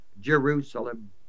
Jerusalem